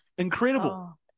Incredible